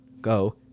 go